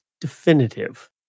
definitive